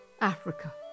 Africa